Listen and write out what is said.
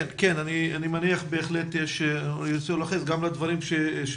אני מניח שהם ירצו להתייחס גם לדבריה של